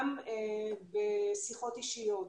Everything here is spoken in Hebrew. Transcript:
גם בשיחות אישיות,